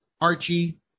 Archie